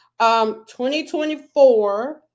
2024